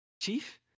Chief